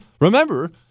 remember